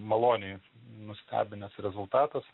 maloniai nustebinęs rezultatas